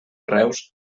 reus